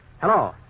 Hello